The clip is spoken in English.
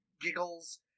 giggles